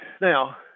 Now